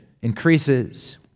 increases